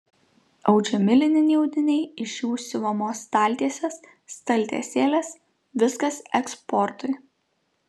audžiami lininiai audiniai iš jų siuvamos staltiesės staltiesėlės viskas eksportui